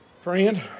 Friend